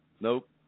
Nope